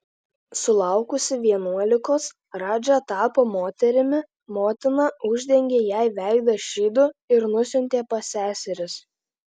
sulaukusi vienuolikos radža tapo moterimi motina uždengė jai veidą šydu ir nusiuntė pas seseris